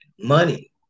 Money